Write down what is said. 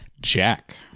Jack